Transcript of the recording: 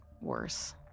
worse